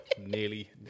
Nearly